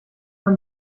man